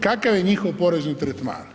Kakav je njihov porezni tretman?